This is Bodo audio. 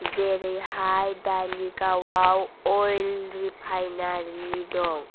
जेरैहाय दालिगावआव अवेल रिफाइनारी दं